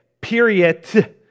period